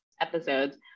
Episodes